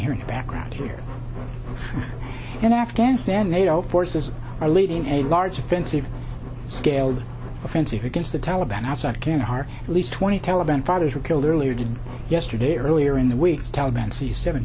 hear in the background here in afghanistan nato forces are leading a large offensive scale offensive against the taliban outside kandahar at least twenty taliban fighters were killed earlier today yesterday earlier in the weeks taliban's the seven